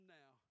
now